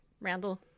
Randall